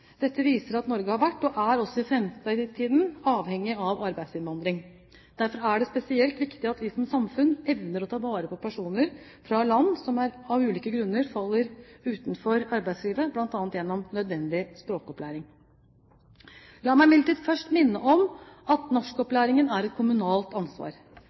Dette viser at Norge har vært, er og også i fremtiden vil være avhengig av arbeidsinnvandring. Derfor er det spesielt viktig at vi som samfunn evner å ta vare på personer fra andre land som av ulike grunner faller utenfor arbeidslivet, bl.a. gjennom nødvendig språkopplæring. La meg imidlertid først få minne om at norskopplæring er et kommunalt ansvar.